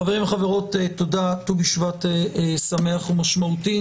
חברים וחברות, ט"ו בשבט שמח ומשמעותי.